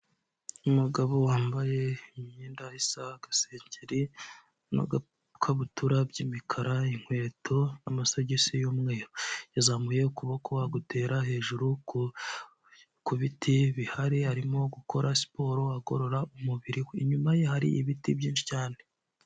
Umugabo wambaye imyenda isa, agasengeri n'agakabutura by'imikara, inkweto n'amasogisi y'umweru, yazamuye ukuboko agutera hejuru ku biti bihari, arimo gukora siporo agorora umubiri we, inyuma ye hari ibiti byinshi cyane.